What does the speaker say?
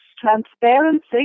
transparency